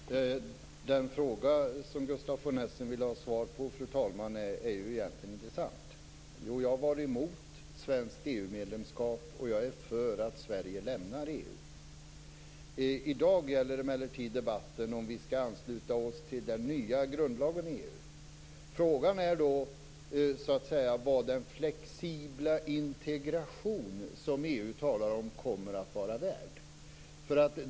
Fru talman! Det fråga som Gustaf von Essen vill ha svar på är egentligen intressant. Jo, jag var emot svenskt EU-medlemskap, och jag är för att Sverige lämnar EU. I dag gäller emellertid debatten om vi skall ansluta oss till den nya grundlagen i EU. Frågan är då var den flexibla integration som EU talar om kommer att vara värd.